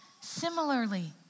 Similarly